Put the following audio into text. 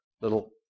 little